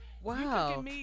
Wow